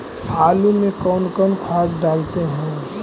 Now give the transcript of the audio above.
आलू में कौन कौन खाद डालते हैं?